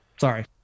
sorry